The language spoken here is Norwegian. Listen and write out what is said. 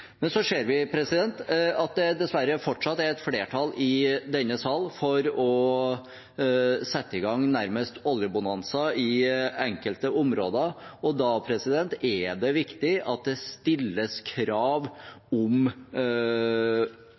ser vi at det fortsatt er et flertall i denne sal for nærmest å sette i gang en oljebonanza i enkelte områder, og da er det viktig at det stilles krav om